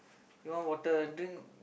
you want water drink